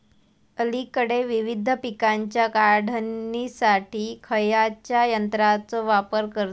अलीकडे विविध पीकांच्या काढणीसाठी खयाच्या यंत्राचो वापर करतत?